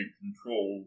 control